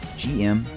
gm